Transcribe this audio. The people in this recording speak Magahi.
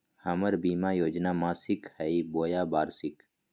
हमर बीमा योजना मासिक हई बोया वार्षिक?